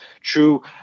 true